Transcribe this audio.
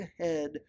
ahead